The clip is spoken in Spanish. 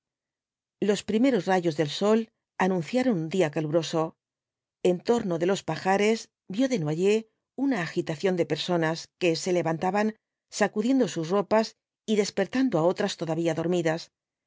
los primeros rayos del sol anunciaron un día caluroso en torno de los pajares vio desnoyers una agitación de personas que se levantaban sacudiendo sus ropas y despertando á otras todavía dormidas